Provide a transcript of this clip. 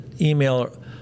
email